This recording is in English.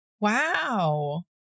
Wow